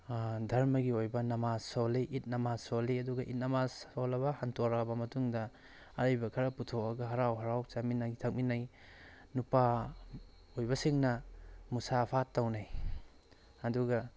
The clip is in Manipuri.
ꯙꯔꯃꯒꯤ ꯑꯣꯏꯕ ꯅꯃꯥꯖ ꯁꯣꯜꯂꯤ ꯏꯠ ꯅꯃꯥꯖ ꯁꯣꯜꯂꯤ ꯑꯗꯨꯒ ꯏꯠ ꯅꯃꯥꯖ ꯁꯣꯜꯂꯕ ꯍꯟꯗꯣꯔꯛꯑꯕ ꯃꯇꯨꯡꯗ ꯑꯔꯩꯕ ꯈꯔ ꯄꯨꯊꯣꯛꯑ ꯍꯔꯥꯎ ꯍꯔꯥꯎ ꯆꯥꯃꯤꯟꯅꯩ ꯊꯛꯃꯤꯟꯅꯩ ꯅꯨꯄꯥ ꯑꯣꯏꯕꯁꯤꯡꯅ ꯃꯨꯁꯥꯐꯥ ꯇꯧꯅꯩ ꯑꯗꯨꯒ